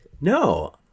No